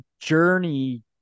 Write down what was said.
journey